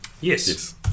Yes